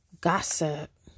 gossip